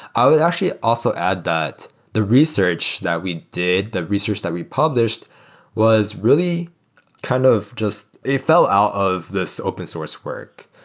i would actually also add that the research that we did, the research that we published was really kind of just it fell out of this open source work.